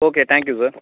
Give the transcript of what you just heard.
okay thank you sir